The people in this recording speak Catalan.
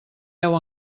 deu